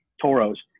Toros